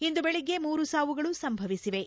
ಇಂದು ಬೆಳಗ್ಗೆ ಮೂರು ಸಾವುಗಳ ಸಂಭವಿಸಿವೆ